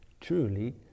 truly